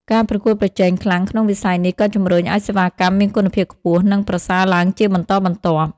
ការប្រកួតប្រជែងខ្លាំងក្នុងវិស័យនេះក៏ជម្រុញឲ្យសេវាកម្មមានគុណភាពខ្ពស់ និងប្រសើរឡើងជាបន្តបន្ទាប់។